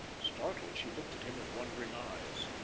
startled, she looked at him with wondering eyes.